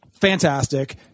fantastic